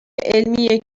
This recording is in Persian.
علمی